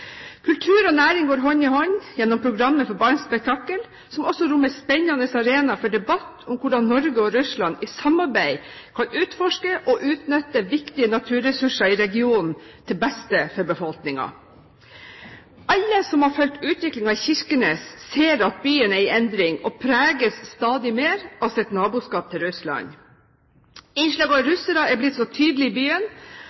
Kultur og næring går hånd i hånd gjennom programmet for Barents Spektakel, som også rommer spennende arenaer for debatt om hvordan Norge og Russland i samarbeid kan utforske og utnytte viktige naturressurser i regionen, til beste for befolkningen. Alle som har fulgt utviklingen i Kirkenes, ser at byen er i endring og stadig mer preges av sitt naboskap til Russland. Innslaget av